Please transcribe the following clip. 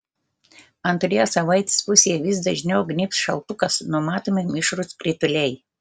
antroje savaitės pusėje vis dažniau gnybs šaltukas numatomi mišrūs krituliai